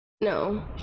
No